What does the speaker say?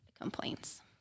complaints